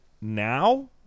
now